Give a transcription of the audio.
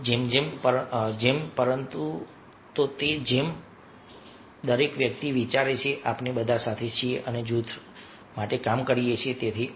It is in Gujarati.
તો તે જેમ પરંતુ દરેક વ્યક્તિ વિચારે છે કે આપણે બધા સાથે છીએ અને જૂથ માટે કામ કરીએ છીએ